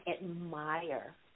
admire